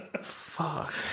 Fuck